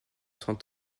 cent